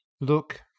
Look